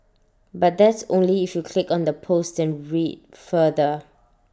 but that's only if you click on the post and read further